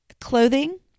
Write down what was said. clothing